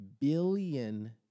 billion